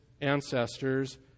ancestors